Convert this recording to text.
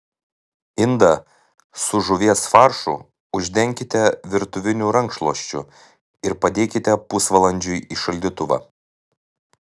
indą su žuvies faršu uždenkite virtuviniu rankšluosčiu ir padėkite pusvalandžiui į šaldytuvą